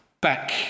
back